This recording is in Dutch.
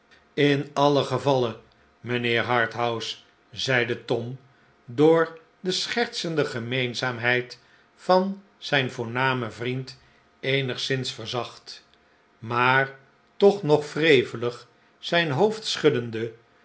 in alien gevalle mijnheer harthouse zeide tom door de schertsende gemeenzaamheid van zijn voornamen vriend eenigszins verzacht maar toch nog wrevellg zijn hoofd schuddende